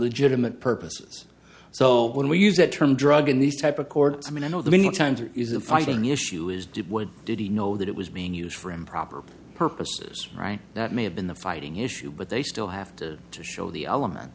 legitimate purposes so when we use that term drug in these type of courts i mean i know the many times it is a fighting issue is did what did he know that it was being used for improper purposes right that may have been the fighting issue but they still have to show the element